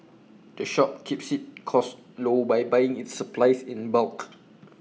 the shop keeps its costs low by buying its supplies in bulk